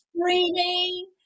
screaming